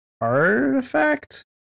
artifact